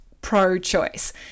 pro-choice